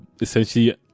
essentially